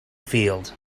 field